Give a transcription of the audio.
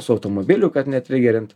su automobiliu kad netrigerint